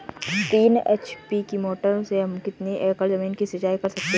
तीन एच.पी की मोटर से हम कितनी एकड़ ज़मीन की सिंचाई कर सकते हैं?